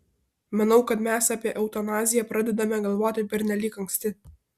manau kad mes apie eutanaziją pradedame galvoti pernelyg anksti